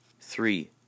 Three